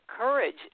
courage